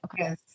Okay